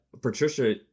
Patricia